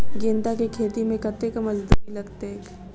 गेंदा केँ खेती मे कतेक मजदूरी लगतैक?